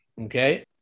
Okay